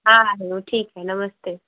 हाँ तो ठीक है नमस्ते